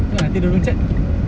ke nanti dia orang cat